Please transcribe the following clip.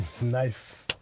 Nice